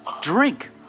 drink